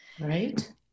Right